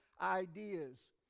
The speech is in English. ideas